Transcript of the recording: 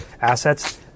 assets